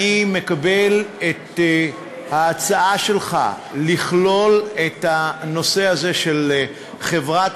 אני מקבל את ההצעה שלך לכלול את הנושא הזה של חברת